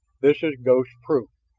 this is ghost-proof!